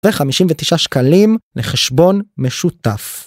ו-59 שקלים לחשבון משותף.